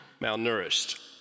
malnourished